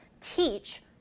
teach